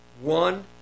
one